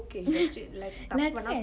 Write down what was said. like தப்பு பன்னா:tappu pannaa